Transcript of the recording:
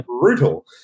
brutal